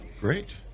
Great